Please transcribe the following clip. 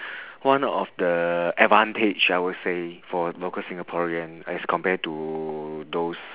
one of the advantage I would say for local singaporean as compared to those